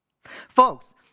Folks